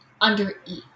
undereat